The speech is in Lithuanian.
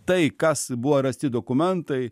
tai kas buvo rasti dokumentai